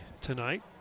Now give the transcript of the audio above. tonight